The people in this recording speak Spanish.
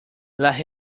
las